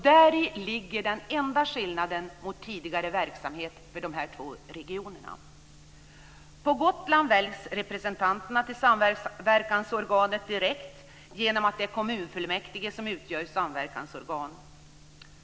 Däri ligger den enda skillnaden mot tidigare verksamhet i de här två regionerna. På Gotland väljs representanterna till samverkansorganet direkt genom att det är kommunfullmäktige som utgör samverkansorgan.